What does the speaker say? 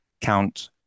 count